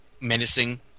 menacing